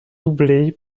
doublée